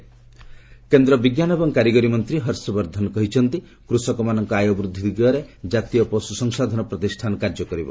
ହର୍ଷ ବର୍ଦ୍ଧନ କେନ୍ଦ୍ର ବିଜ୍ଞାନ ଏବଂ କାରିଗରୀ ମନ୍ତ୍ରୀ ହର୍ଷବର୍ଦ୍ଧନ କହିଛନ୍ତି କୃଷକମାନଙ୍କ ଆୟ ବୃଦ୍ଧି ଦିଗରେ ଜାତୀୟ ପଶୁ ସଂସାଧନ ପ୍ରତିଷ୍ଠାନ କାର୍ଯ୍ୟ କରିବ